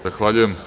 Zahvaljujem.